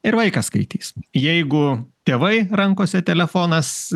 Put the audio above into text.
ir vaikas skaitys jeigu tėvai rankose telefonas